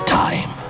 time